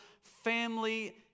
family